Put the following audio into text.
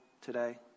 today